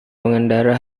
pengendara